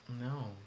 no